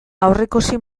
aurreikusi